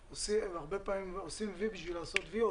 שהרבה פעמים עושים "וי" בשביל לעשות "וי",